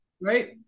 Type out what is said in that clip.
right